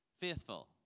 faithful